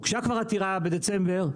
הוגשה כבר עתירה בדצמבר,